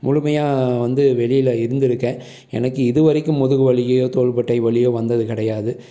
முழுமையாக வந்து வெளியில் இருந்துருக்கேன் எனக்கு இதுவரைக்கும் முதுகு வலியோ தோள்பட்டை வலியோ வந்தது கிடையாது